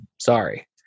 Sorry